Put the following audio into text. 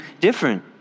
different